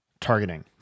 targeting